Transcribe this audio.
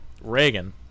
Reagan